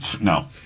No